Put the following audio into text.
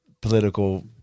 political